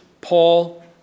Paul